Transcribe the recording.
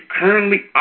currently